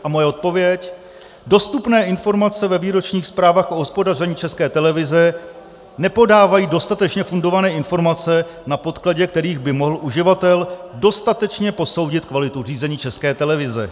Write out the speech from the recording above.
A moje odpověď: dostupné informace ve výročních zprávách o hospodaření České televize nepodávají dostatečně fundované informace, na podkladě kterých by mohl uživatel dostatečně posoudit kvalitu řízení České televize.